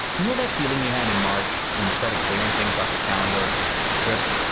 you know, that feeling you had in march when you started clearing things off your calendar trips,